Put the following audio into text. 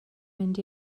mynd